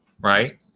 right